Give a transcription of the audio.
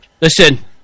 Listen